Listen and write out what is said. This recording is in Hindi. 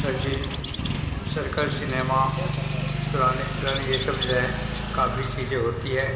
फैंसी सर्कस सिनेमा पुराने चलन यह सब जो हैं काफ़ी चीज़ें होती है